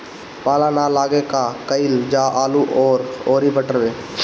पाला न लागे का कयिल जा आलू औरी मटर मैं?